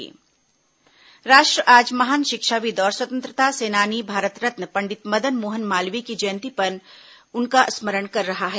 मदन मोहन मालवीय जयंती राष्ट्र आज महान शिक्षाविद और स्वतंत्रता सेनानी भारत रत्न पंडित मदन मोहन मालवीय की जयंती पर उनका स्मरण कर रहा है